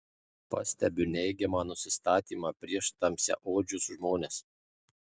pastebiu neigiamą nusistatymą prieš tamsiaodžius žmones